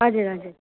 हजुर हजुर